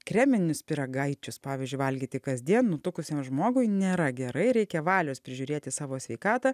kreminius pyragaičius pavyzdžiui valgyti kasdien nutukusiam žmogui nėra gerai reikia valios prižiūrėti savo sveikatą